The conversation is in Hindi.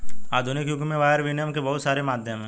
आधुनिक युग में वायर विनियम के बहुत सारे माध्यम हैं